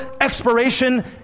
expiration